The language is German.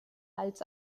als